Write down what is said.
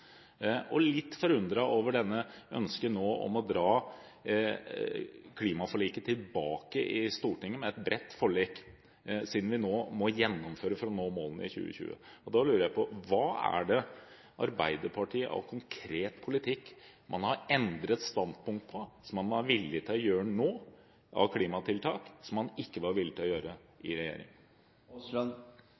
og vi er litt forundret over dette ønsket nå om å dra klimaforliket tilbake i Stortinget med et bredt forlik, siden vi nå må gjennomføre for å nå målene i 2020. Da lurer jeg på: Hva er det Arbeiderpartiet, av konkret politikk, har endret standpunkt på, som man er villig til å gjøre av klimatiltak nå, som man ikke var villig til å gjøre i